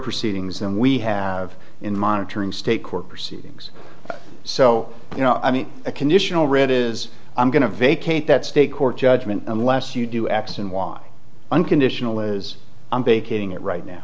proceedings and we have in monitoring state court proceedings so you know i mean a conditional writ is i'm going to vacate that state court judgment unless you do x and y unconditional as i'm baking it right now